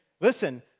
listen